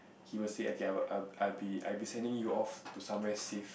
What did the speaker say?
he would say okayI'll I'd be I'd be sending you off to somewhere safe